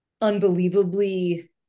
unbelievably